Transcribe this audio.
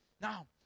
Now